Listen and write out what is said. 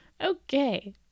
Okay